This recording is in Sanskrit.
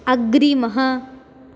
अग्रिमः